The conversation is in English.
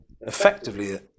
effectively